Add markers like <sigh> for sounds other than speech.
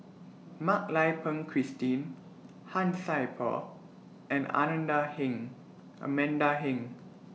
Mak Lai Peng Christine Han Sai Por and Ananda Heng Amanda Heng <noise>